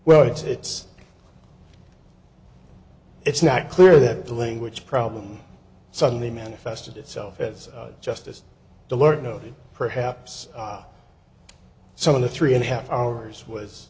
well it's it's it's not clear that the language problem suddenly manifested itself as justice to learn know perhaps some of the three and a half hours was